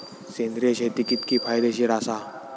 सेंद्रिय शेती कितकी फायदेशीर आसा?